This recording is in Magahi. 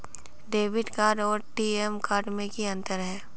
डेबिट कार्ड आर टी.एम कार्ड में की अंतर है?